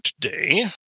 today